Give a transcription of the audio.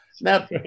now